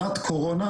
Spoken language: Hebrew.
שנת קורונה,